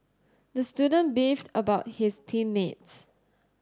the student beefed about his team mates